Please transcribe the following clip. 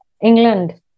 England